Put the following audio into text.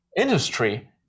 industry